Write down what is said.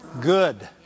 good